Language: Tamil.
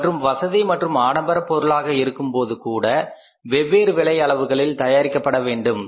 மற்றும் வசதி மற்றும் ஆடம்பரப் பொருளாக இருக்கும்போது கூட வெவ்வேறு விலை அளவுகளில் தயாரிக்கப்படுகின்றன